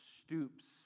stoops